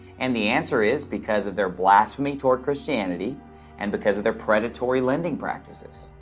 and the answer is because of their blasphemy toward christianity and because of their predatory lending practices.